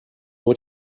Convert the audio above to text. what